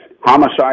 homicide